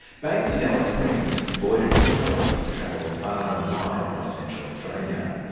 based in alice springs, lloyd and her colleagues travel far and wide across central australia.